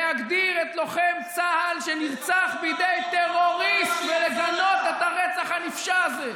להגדיר את לוחם צה"ל שנרצח בידי טרוריסט ולגנות את הרצח הנפשע הזה.